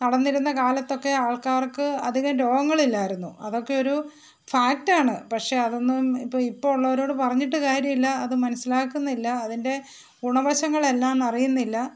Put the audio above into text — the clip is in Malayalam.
നടന്നിരുന്ന കാലത്തൊക്കെ ആൾക്കാർക്ക് അധികം രോഗങ്ങൾ ഇല്ലായിരുന്നു അതൊക്കെ ഒരു ഫാക്റ്റ് ആണ് പക്ഷേ അതൊന്നും ഇപ്പം ഇപ്പം ഉള്ളവരോട് പറഞ്ഞിട്ട് കാര്യമില്ല അത് മനസ്സിലാക്കുന്നില്ല അതിൻ്റെ ഗുണവശങ്ങളെല്ലാം അറിയുന്നില്ല